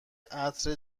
عطر